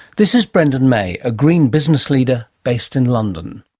this is brendan may, a green business leader based in london.